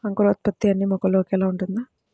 అంకురోత్పత్తి అన్నీ మొక్కలో ఒకేలా ఉంటుందా?